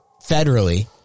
federally